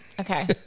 Okay